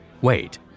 Wait